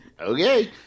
Okay